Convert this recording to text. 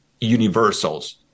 universals